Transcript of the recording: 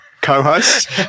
co-host